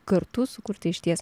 kartu sukurti išties